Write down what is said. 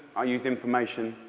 i use information,